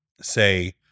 say